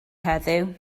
heddiw